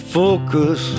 focus